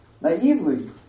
naively